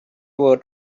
were